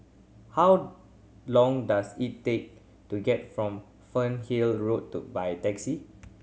how long does it take to get from Fernhill Road to by taxi